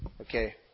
Okay